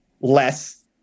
less